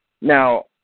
Now